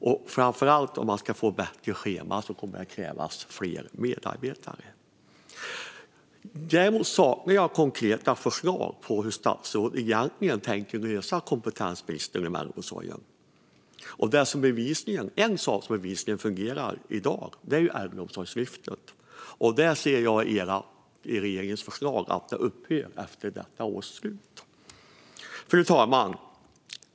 Och framför allt: Om man ska få bättre scheman kommer det att krävas fler medarbetare. Däremot saknar jag konkreta förslag på hur statsrådet egentligen tänker lösa kompetensbristen inom äldreomsorgen. En sak som bevisligen fungerar i dag är Äldreomsorgslyftet, och i regeringens förslag ser jag att det upphör efter detta års slut. Fru talman!